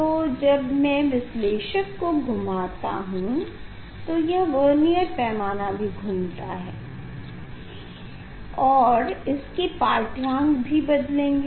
तो जब मैं विश्लेषक को घूमता हूँ तो यह वर्नियर पैमाना भी घूमता है और उसके पाढ्यांक भी बदलेंगे